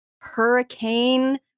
hurricane